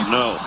no